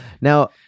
Now